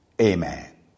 amen